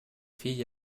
fille